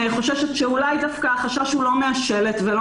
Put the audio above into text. אני חוששת שאולי דווקא החשש הוא לא מהשלט ולא